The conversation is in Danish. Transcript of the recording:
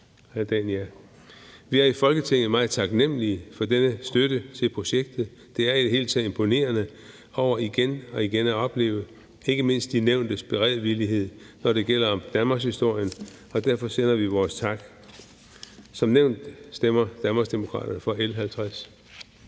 Vi er i Folketinget meget taknemlige for denne støtte til projektet. Det er i det hele taget imponerende igen og igen at opleve ikke mindst de nævntes beredvillighed, når det gælder danmarkshistorien, og derfor sender vi vores tak. Som nævnt stemmer Danmarksdemokraterne for L 50.